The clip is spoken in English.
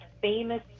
famous